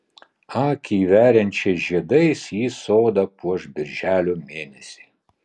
akį veriančiais žiedais ji sodą puoš birželio mėnesį